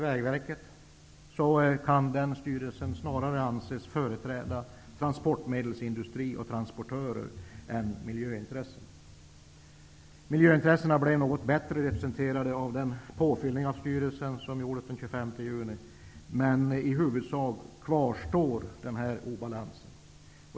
Vägverket blev den styrelsen snarast en företrädare för transportmedelsindustri och transportörer än miljöintressen. Miljöintressena blev något bättre representerade av den påfyllning av styrelsen som gjordes den 25 juni, men i huvudsak kvarstår den här obalansen.